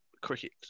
cricket